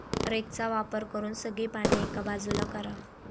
रेकचा वापर करून सगळी पाने एका बाजूला करा